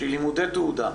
שהיא לימודי תעודה,